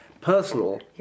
personal